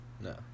No